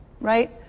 right